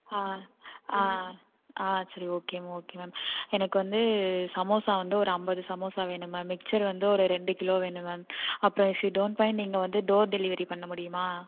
ஆ ஆ ஆ சரி ஓகே மேம் ஓகே மேம் எனக்கு வந்து சமோசா வந்து ஒரு ஐம்பது சமோசா வேணும் மேம் மிக்ச்சர் வந்து ஒரு ரெண்டு கிலோ வேணும் மேம் அப்புறம் இஃப் யூ டோன்ட் மைன் நீங்கள் வந்து டோர் டெலிவரி பண்ண முடியுமா